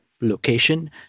location